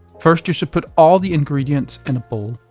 first, you should put all the ingredients in a bowl,